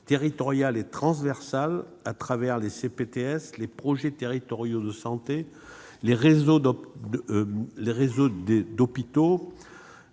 territoriale et transversale, au travers des CPTS, les projets territoriaux de santé, les réseaux d'hôpitaux